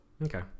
okay